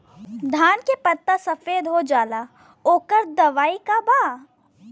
धान के पत्ता सफेद हो जाला ओकर दवाई का बा?